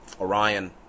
Orion